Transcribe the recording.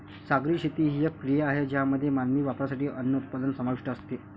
सागरी शेती ही एक क्रिया आहे ज्यामध्ये मानवी वापरासाठी अन्न उत्पादन समाविष्ट असते